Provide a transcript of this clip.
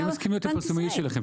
אני מסכים להיות הפרסומאי שלכם,